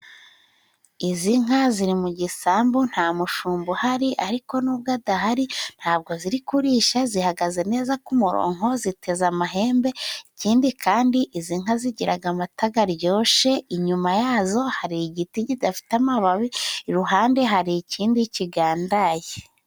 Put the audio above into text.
Izi nka ziri mu gisambu, nta mushumba uhari ariko nubwo adahari ntabwo ziri kurisha, zihagaze neza ku muronko ziteze amahembe ikindi kandi izi nka, zigiraga amata garyoshe. Inyuma yazo hari igiti kidafite amababi, iruhande hari ikindi kigandaye.